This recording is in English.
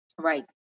right